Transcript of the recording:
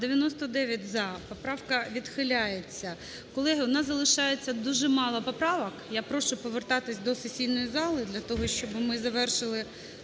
За-99 Поправка відхиляється. Колеги, у нас залишається дуже мало поправок, я прошу повертатись до сесійної зали для того, щоб ми завершили